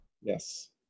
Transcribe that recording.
Yes